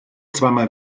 zweimal